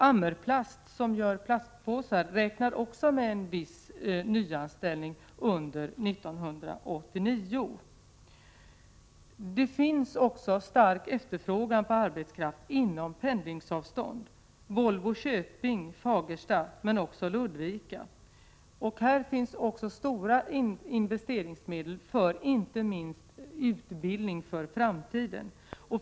Amerplast, som gör plastpåsar, räknar också med en viss nyanställning under 1989. Det råder en stark efterfrågan på arbetskraft inom pendlingsavstånd, t.ex. från Volvo i Köping, från Fagersta och även från Ludvika. Här finns stora investeringsmedel för inte minst utbildning för framtiden.